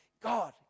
God